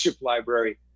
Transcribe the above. library